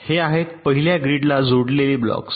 हे आहेत पहिल्या ग्रीडला जोडलेले ब्लॉक्स